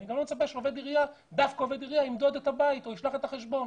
כך אני לא מצפה שדווקא עובד עירייה ימדוד את הבית או ישלח את החשבון.